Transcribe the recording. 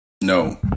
No